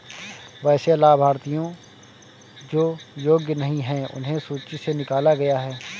वैसे लाभार्थियों जो योग्य नहीं हैं उन्हें सूची से निकला गया है